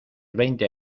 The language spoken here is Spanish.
veinte